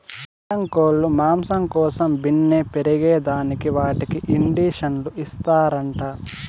పారం కోల్లు మాంసం కోసం బిన్నే పెరగేదానికి వాటికి ఇండీసన్లు ఇస్తారంట